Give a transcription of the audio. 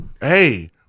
Hey